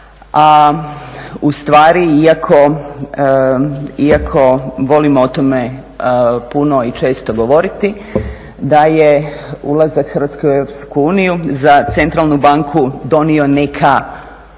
a ustvari iako volimo o tome puno i često govoriti da je ulazak Hrvatske u EU za centralnu banku donio neka